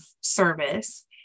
service